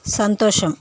సంతోషం